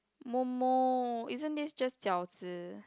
Mo Mo isn't this just Jiao-Zi